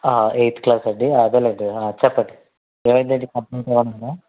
eighth class అండి అదే లేండి చెప్పండి ఏమైందండి